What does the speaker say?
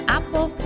Apple